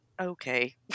okay